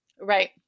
Right